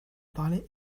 parler